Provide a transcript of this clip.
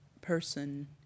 person